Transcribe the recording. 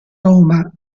roma